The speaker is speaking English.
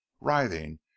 writhing